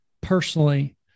personally